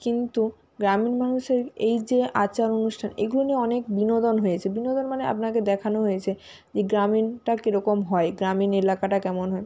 কিন্তু গ্রামীণ মানুষের এই যে আচার অনুষ্ঠান এগুলো নিয়ে অনেক বিনোদন হয়েছে বিনোদন মানে আপনাকে দেখানো হয়েছে যে গ্রামীণটা কী রকম হয় গ্রামীণ এলাকাটা কেমন হয়